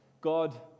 God